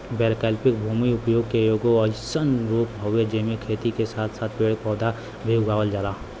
वैकल्पिक भूमि उपयोग के एगो अइसन रूप हउवे जेमे खेती के साथ साथ पेड़ पौधा भी उगावल जाला